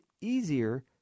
easier